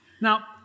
Now